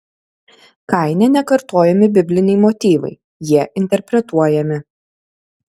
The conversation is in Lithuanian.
kaine nekartojami bibliniai motyvai jie interpretuojami